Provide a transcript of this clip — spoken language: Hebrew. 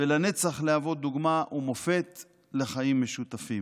ולנצח להוות דוגמה ומופת לחיים משותפים.